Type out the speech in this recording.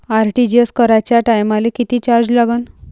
RTGS कराच्या टायमाले किती चार्ज लागन?